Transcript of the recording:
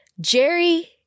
Jerry